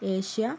Asia